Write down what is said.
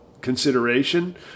consideration